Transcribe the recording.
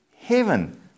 heaven